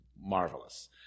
marvelous